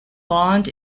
bond